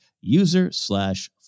user/slash